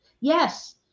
Yes